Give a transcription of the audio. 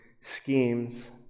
schemes